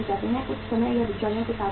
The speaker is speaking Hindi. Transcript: कुछ समय यह बिचौलियों के साथ भी रहता है